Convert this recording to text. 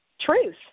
truth